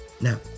Now